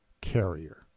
carrier